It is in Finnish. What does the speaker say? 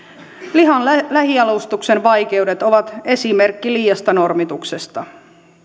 lihan lähijalostuksen vaikeudet ovat esimerkki liiasta normituksesta